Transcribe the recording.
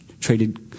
traded